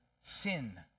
sin